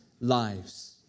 lives